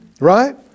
Right